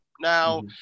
Now